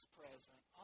present